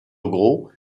gros